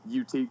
UT